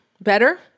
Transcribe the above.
better